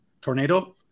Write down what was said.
tornado